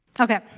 Okay